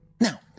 Now